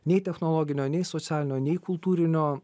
nei technologinio nei socialinio nei kultūrinio